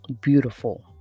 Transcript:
beautiful